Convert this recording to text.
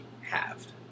halved